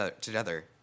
together